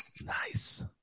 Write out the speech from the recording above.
nice